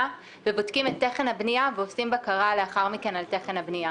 ובודקים את תכן הבנייה ועושים בקרה לאחר מכן על תכן הבנייה.